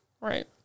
Right